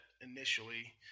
initially